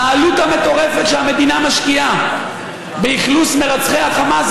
העלות המטורפת שהמדינה משקיעה באכלוס מרצחי החמאס